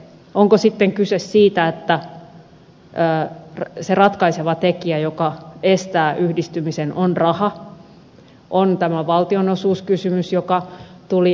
onko sitten kyse siitä että se ratkaiseva tekijä joka estää yhdistymisen on raha tämä valtionosuuskysymys joka tuli ed